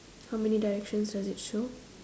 how many directions does it show